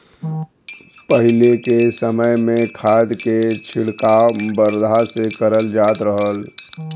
पहिले के समय में खाद के छिड़काव बरधा से करल जात रहल